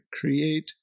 create